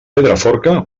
pedraforca